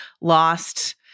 lost